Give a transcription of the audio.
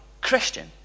Christian